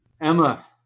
emma